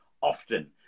often